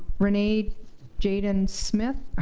renee jaden smith,